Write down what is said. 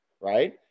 right